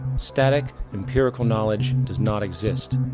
static empirical knowledge does not exist,